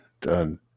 done